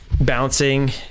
bouncing